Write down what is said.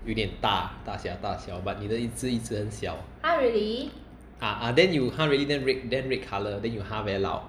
有点大大小大小 but 你的一直一直很小 ah ah then you !huh! really then red then red colour then you !huh! very loud